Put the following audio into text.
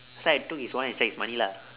so I took his wallet and check his money lah